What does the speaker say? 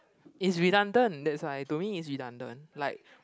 it's redundant that's why to me it's redundant like